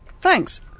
Thanks